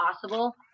possible